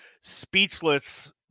speechless